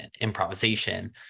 improvisation